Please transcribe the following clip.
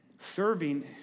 Serving